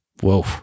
Whoa